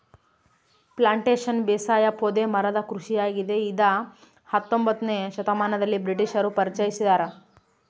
plantation ಬೇಸಾಯ ಪೊದೆ ಮರದ ಕೃಷಿಯಾಗಿದೆ ಇದ ಹತ್ತೊಂಬೊತ್ನೆ ಶತಮಾನದಲ್ಲಿ ಬ್ರಿಟಿಷರು ಪರಿಚಯಿಸ್ಯಾರ